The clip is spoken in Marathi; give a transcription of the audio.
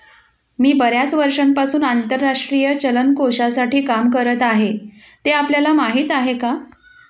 मी बर्याच वर्षांपासून आंतरराष्ट्रीय चलन कोशासाठी काम करत आहे, ते आपल्याला माहीत आहे का?